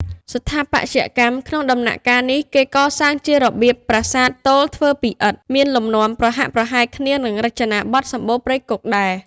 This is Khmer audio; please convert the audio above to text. ស្ថាបត្យកម្ម ក្នុងដំណាក់កាលនេះ គេកសាងជារបៀបប្រាសាទទោលធ្វើពីឥដ្ឋ មានលំនាំប្រហាក់ប្រហែលគ្នានឹងរចនាបថសម្បូណ៌ព្រៃគុហ៍ដែរ។